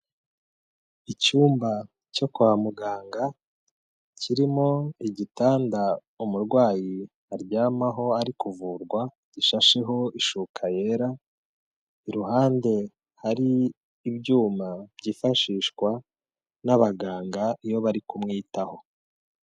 Icyumba cyo kwa muganga kirimo igitanda umurwayi aryamaho ari kuvurwa gishasheho ishuka yera, iruhande hari ibyuma byifashishwa n'abaganga iyo bari kumwitaho.